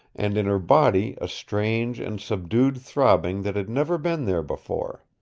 and in her body a strange and subdued throbbing that had never been there before.